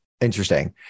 Interesting